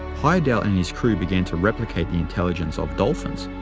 heyerdahl and his crew began to replicate the intelligence of dolphins,